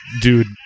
dude